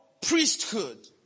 priesthood